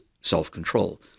self-control